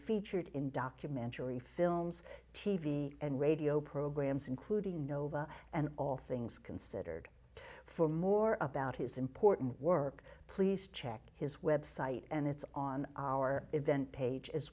featured in documentary films t v and radio programs including nova and all things considered for more about his important work please check his website and it's on our event page as